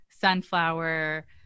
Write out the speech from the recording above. Sunflower